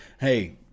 hey